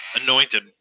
anointed